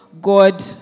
God